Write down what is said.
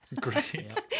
Great